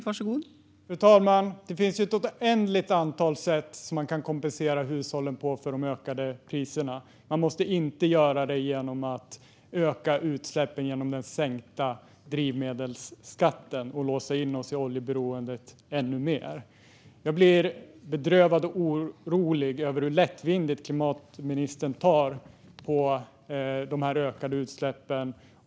Fru talman! Det finns ett oändligt antal sätt att kompensera hushållen för de ökade priserna. Man måste inte göra det genom att öka utsläppen, genom den sänkta drivmedelsskatten, och låsa in oss ännu mer i oljeberoendet. Jag blir bedrövad och orolig över hur lättvindigt klimatministern tar på de ökade utsläppen.